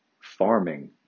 farming